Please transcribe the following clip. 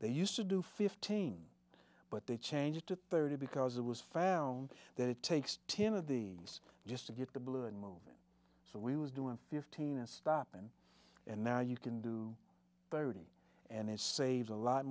they used to do fifteen but they changed to thirty because it was found that it takes ten of the us just to get the balloon movement so we was doing fifteen and stop and and now you can do thirty and it saves a lot